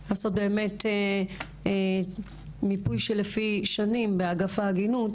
לעשות באמת מיפוי של לפי שנים באגף העגינות